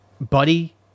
Buddy –